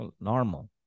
normal